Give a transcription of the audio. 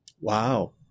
Wow